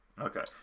Okay